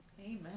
Amen